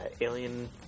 Alien